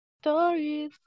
stories